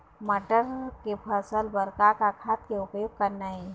मटर के फसल बर का का खाद के उपयोग करना ये?